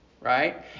right